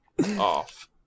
off